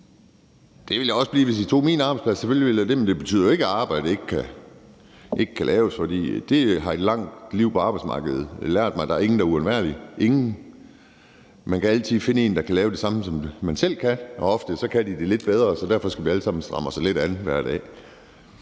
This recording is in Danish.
Det ville jeg også blive, hvis de tog min arbejdsplads, selvfølgelig ville jeg det. Men det betyder jo ikke, at arbejdet ikke kan laves, for det har et langt liv på arbejdsmarkedet lært mig: Der er ingen, der er uundværlige – ingen. Man kan altid finde en, der kan lave det samme, som man selv kan, og ofte kan de det lidt bedre, så derfor skal vi alle sammen stramme os lidt an hver dag.